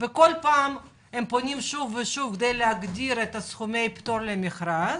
וכל פעם הם פונים שוב ושוב כדי להגדיר את סכומי הפטור למכרז?